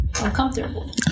uncomfortable